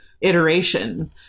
iteration